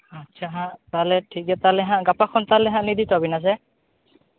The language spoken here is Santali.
ᱟᱪᱪᱷᱟ ᱦᱟᱸᱜ ᱛᱟᱦᱚᱞᱮ ᱴᱷᱤᱠ ᱜᱮᱭᱟ ᱛᱟᱦᱚᱞᱮ ᱦᱟᱸᱜ ᱜᱟᱯᱟ ᱠᱷᱚᱱ ᱛᱟᱦᱚᱞᱮ ᱦᱟᱸᱜ ᱤᱫᱤ ᱛᱟᱹᱵᱤᱱᱟ ᱥᱮ